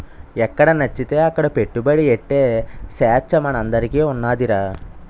ఎక్కడనచ్చితే అక్కడ పెట్టుబడి ఎట్టే సేచ్చ మనందరికీ ఉన్నాదిరా